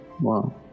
wow